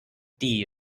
die